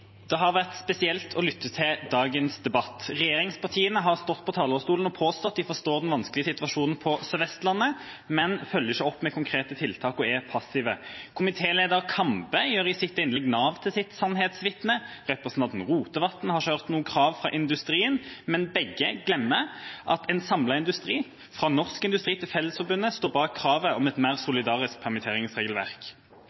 det. Det har vært spesielt å lytte til dagens debatt. Regjeringspartiene har stått på talerstolen og påstått de forstår den vanskelige situasjonen på Sør-Vestlandet, men følger ikke opp med konkrete tiltak og er passive. Komitéleder Kambe gjør i sitt innlegg Nav til sitt sannhetsvitne, representanten Rotevatn har ikke hørt noen krav fra industrien, men begge glemmer at en samlet industri, fra Norsk Industri til Fellesforbundet, står bak kravet om et mer solidarisk permitteringsregelverk.